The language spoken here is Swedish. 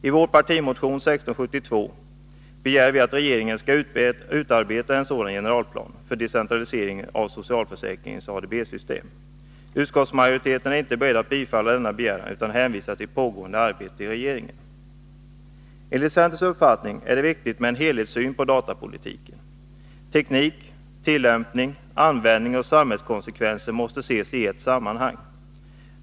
I vår partimotion 1672 begär vi att regeringen skall utarbeta en sådan generalplan för decentralisering av socialförsäkringens ADB-system. Utskottsmajoriteten är inte beredd att bifalla denna begäran utan hänvisar till pågående arbete i regeringen. Enligt centerns uppfattning är det viktigt med en helhetssyn på datapolitiken. Teknik, tillämpning, användning och samhällskonsekvenser måste ses i ett sammanhang.